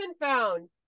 found